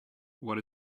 what